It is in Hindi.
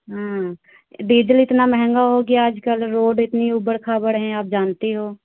हाँ डीजल इतना महंगा हो गया आजकल रोड इतनी ऊबड़ खाबड़ है आप जानते हो